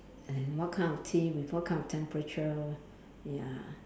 and what kind of tea with what kind of temperature ya